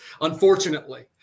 unfortunately